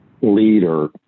leader